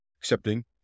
accepting